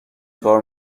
کار